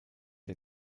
der